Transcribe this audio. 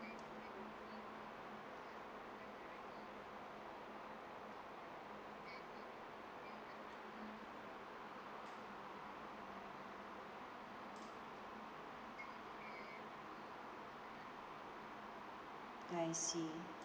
I see